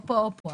או פה או פה.